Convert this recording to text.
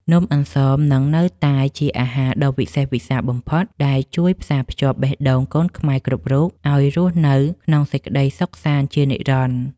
នំអន្សមនឹងនៅតែជាអាហារដ៏វិសេសវិសាលបំផុតដែលជួយផ្សារភ្ជាប់បេះដូងកូនខ្មែរគ្រប់រូបឱ្យរស់នៅក្នុងសេចក្ដីសុខសាន្តជានិរន្តរ៍។